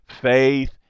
faith